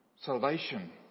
salvation